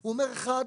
הוא אומר, אחד,